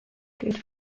gilt